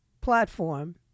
platform